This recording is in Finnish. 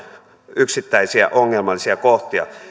yksittäisiä ongelmallisia kohtia